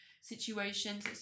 situations